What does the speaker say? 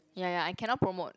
ya ya I cannot promote